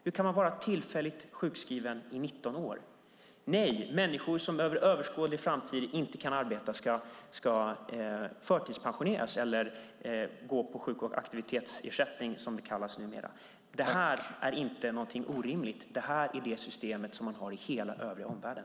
Hur kan man vara tillfälligt sjukskriven i 19 år? Människor som inom överskådlig framtid inte kan arbeta ska förtidspensioneras eller gå på sjuk och aktivitetsersättning, som det numera kallas. Det här är inte någonting orimligt. Det här är det system som man har i hela omvärlden.